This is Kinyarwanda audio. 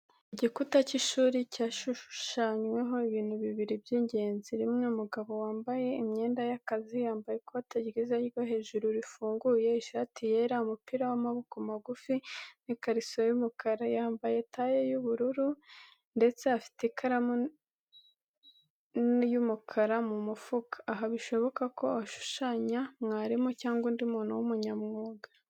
Igikuta cy’ishuri cyashushanyweho ibintu bibiri by’ingenzi: 1. Umugabo wambaye imyenda y’akazi: yambaye ikoti ryiza ryo hejuru rifunguye, ishati yera, umupira w’amaboko magufi, n’ikariso y’umukara. Yambaye taye y'ubururu, ndetse afite ikaramu n’ikaramu y’umukara mu mufuka. aha, bishoboka ko ashushanya mwarimu cyangwa undi muntu w’umunyamwuga.